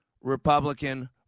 Republican